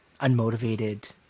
unmotivated